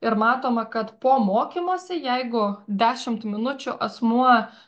ir matoma kad po mokymosi jeigu dešimt minučių asmuo